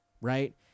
Right